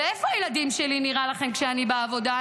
ואיפה הילדים שלי, נראה לכם, כשאני בעבודה?